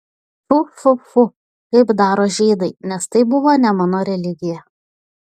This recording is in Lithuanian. tfiu tfiu tfiu kaip daro žydai nes tai buvo ne mano religija